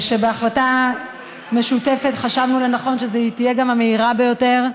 שבהחלטה משותפת חשבנו לנכון שהיא תהיה גם המהירה ביותר,